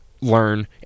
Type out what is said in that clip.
learn